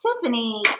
Tiffany